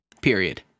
period